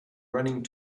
running